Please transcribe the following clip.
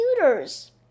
computers